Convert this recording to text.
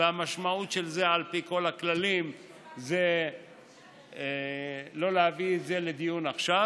והמשמעות של זה על פי כל הכללים היא לא להביא את זה לדיון עכשיו,